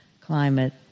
climate